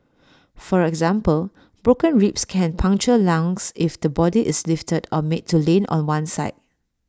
for example broken ribs can puncture lungs if the body is lifted or made to lean on one side